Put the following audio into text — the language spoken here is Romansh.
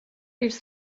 ils